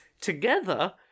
Together